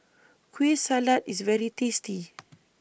Kueh Salat IS very tasty